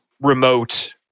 remote